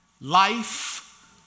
life